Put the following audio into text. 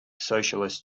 socialist